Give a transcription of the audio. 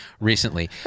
recently